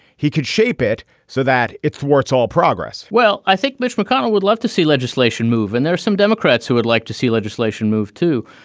he could shape it so that it thwarts all progress well, i think mitch mcconnell would love to see legislation move. and there are some democrats who would like to see legislation moved to,